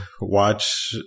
watch